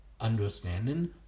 understanding